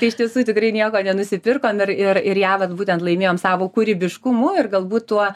tai iš tiesų tikrai nieko nenusipirkom ir ir ir ją vat būtent laimėjom savo kūrybiškumu ir galbūt tuo